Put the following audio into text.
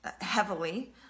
heavily